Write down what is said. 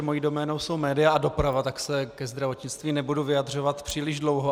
Mou doménou jsou média a doprava, tak se ke zdravotnictví nebudu vyjadřovat příliš dlouho.